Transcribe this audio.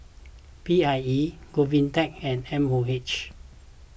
P I E Govtech and M O H